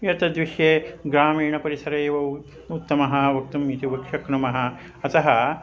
एतद्विषये ग्रामीणपरिसरे एव उ उत्तमः वक्तुम् इति उक् शक्नुमः अतः